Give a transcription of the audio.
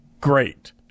great